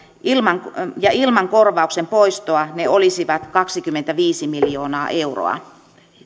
ja ilman korvauksen poistoa ne olisivat kaksikymmentäviisi miljoonaa euroa